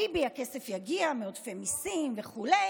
ביבי: הכסף יגיע מעודפי מיסים וכו',